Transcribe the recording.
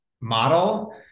model